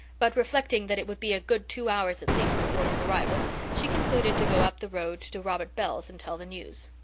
but reflecting that it would be a good two hours at least before his arrival she concluded to go up the road to robert bell's and tell the news.